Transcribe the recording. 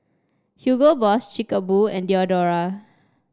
Hugo Boss Chic Boo and Diadora